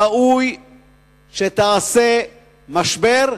ראוי שתעשה משבר,